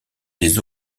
des